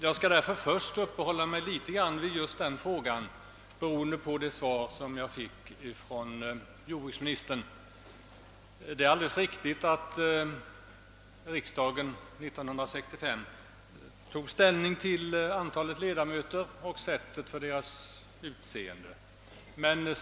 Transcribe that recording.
Jag skall därför nu först uppehålla mig litet vid den senare frågan beroende på det svar jag här fått av jordbruksministern. Det är alldeles riktigt att riksdagen 1965 tog ställning till frågan om antalet ledamöter i lantbruksnämnderna och det sätt på vilket de skulle utses.